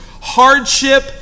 hardship